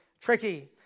tricky